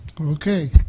Okay